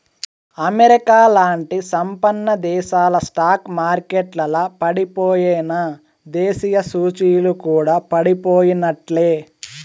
అమెరికాలాంటి సంపన్నదేశాల స్టాక్ మార్కెట్లల పడిపోయెనా, దేశీయ సూచీలు కూడా పడిపోయినట్లే